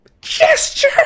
Gesture